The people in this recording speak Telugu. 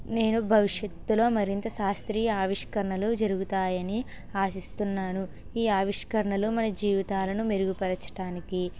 నేను భవిష్యత్తులో మరింత శాస్త్రీయ ఆవిష్కరణలు జరుగుతాయని ఆశిస్తున్నాను ఈ ఆవిష్కరణలు మన జీవితాలను మెరుగుపరచడానికి